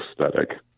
aesthetic